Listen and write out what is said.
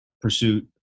pursuit